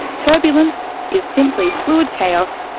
turbulence is simply fluid chaos,